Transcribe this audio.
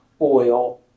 oil